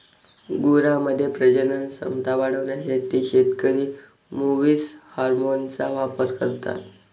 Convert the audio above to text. गुरांमध्ये प्रजनन क्षमता वाढवण्यासाठी शेतकरी मुवीस हार्मोनचा वापर करता